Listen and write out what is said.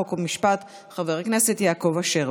חוק ומשפט חבר הכנסת יעקב אשר.